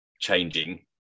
changing